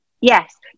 yes